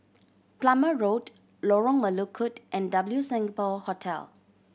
Plumer Road Lorong Melukut and W Singapore Hotel